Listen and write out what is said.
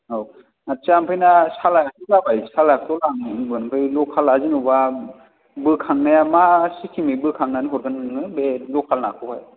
औ आटसा ओंफ्रायना सालाया थ' जाबाय सालाथ' लांगोन लकेला जैन'बा बोखांनाया मा सिसथिमै बोखांनानै हरगोन बे नोङो बे लखेल ना खौ हाय